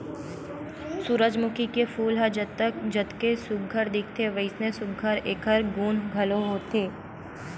सूरजमूखी के फूल ह जतके सुग्घर दिखथे वइसने सुघ्घर एखर गुन घलो हे